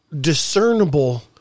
discernible